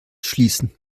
schließen